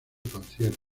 conciertos